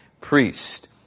priest